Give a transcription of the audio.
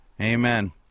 Amen